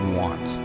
want